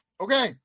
okay